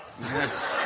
Yes